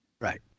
Right